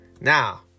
Now